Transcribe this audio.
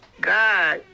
God